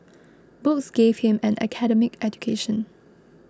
books gave him an academic education